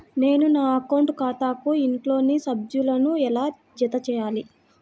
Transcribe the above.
నేను నా అకౌంట్ ఖాతాకు ఇంట్లోని సభ్యులను ఎలా జతచేయాలి?